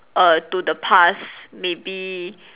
err to the past maybe